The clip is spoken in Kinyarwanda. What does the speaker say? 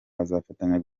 bazafatanya